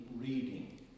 reading